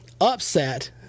upset